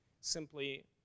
simply